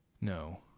No